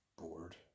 bored